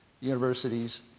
universities